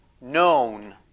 known